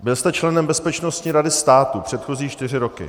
Byl jste členem Bezpečnostní rady státu předchozí čtyři roky.